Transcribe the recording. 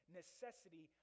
necessity